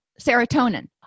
serotonin